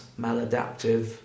maladaptive